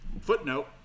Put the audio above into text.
Footnote